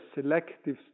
selective